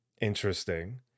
interesting